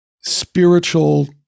spiritual